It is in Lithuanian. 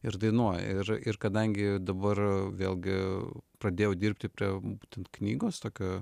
ir dainuoja ir ir kadangi dabar vėlgi pradėjau dirbti prie būtent knygos tokio